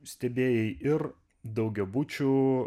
stebėjai ir daugiabučių